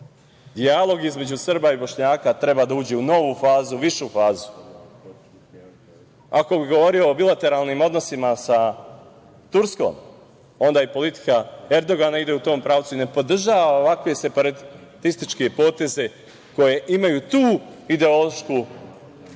Dijalog između Srba i Bošnjaka treba da uđe u novu fazu, višu fazu. Ako bih govorio o bilateralnim odnosima sa Turskom, onda i politika Erdogana ide u tom pravcu i ne podržava ovakve separatističke poteze koji imaju tu ideološku